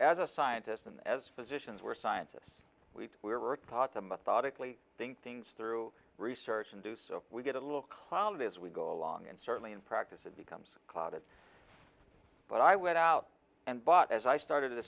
as a scientist and as physicians were scientists we were thought to methodically think things through research and do so we get a little cloudy as we go along and certainly in practice it becomes clouded but i went out and bought as i started to